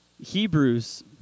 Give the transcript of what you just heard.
Hebrews